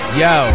yo